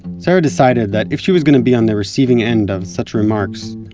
sarah decided that if she was going to be on the receiving end of such remarks,